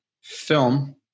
film